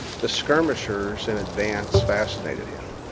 the skirmishers in advance fascinated him.